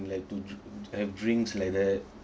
and like to have drinks like that